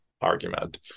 argument